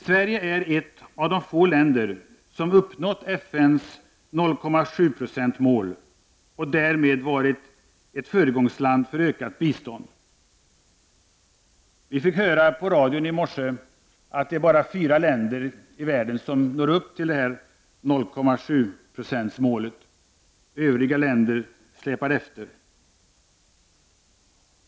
Sverige är ett av de få länder som uppnått FN:s mål på 0,7 70 och därmed varit ett föregångsland för ökat bistånd. I morse kunde man höra i radio att det bara är fyra länder i världen som når upp till målet på 0,7 Jo. Övriga länder släpar efter.